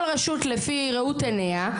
כל רשות לפי ראות עיניה,